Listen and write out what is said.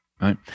right